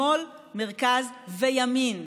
שמאל, מרכז וימין,